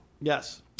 Yes